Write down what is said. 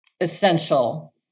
Essential